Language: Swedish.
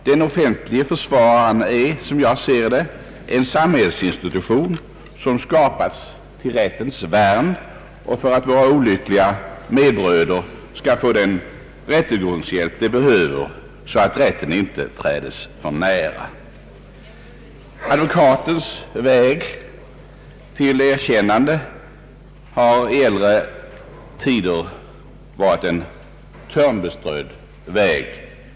Den offentlige försvararen är som jag ser det en samhällsinstitution som skapats till rättens värn och för att våra olyckliga medbröder skall få den rättegångshjälp de behöver, så att rätten inte trädes för nära. Advokatens väg till erkännande har i gångna tider varit törnbeströdd.